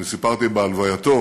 אני סיפרתי בהלווייתו